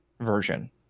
version